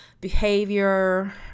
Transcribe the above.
behavior